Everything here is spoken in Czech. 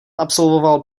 absolvoval